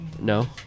No